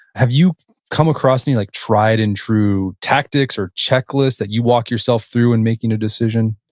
have you come across any like tried and true tactics or checklists that you walk yourself through in making a decision?